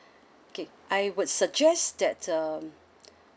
okay I would suggest that um